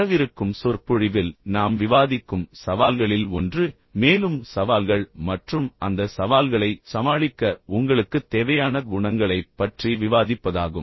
வரவிருக்கும் சொற்பொழிவில் நாம் விவாதிக்கும் சவால்களில் ஒன்று மேலும் சவால்கள் மற்றும் அந்த சவால்களைச் சமாளிக்க உங்களுக்குத் தேவையான குணங்களைப் பற்றி விவாதிப்பதாகும்